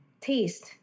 taste